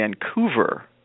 Vancouver